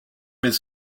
his